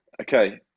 Okay